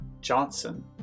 johnson